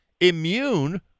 immune